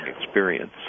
experience